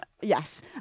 Yes